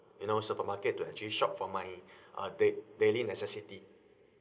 you know supermarket to actually shop for my uh dai~ daily necessity